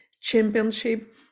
championship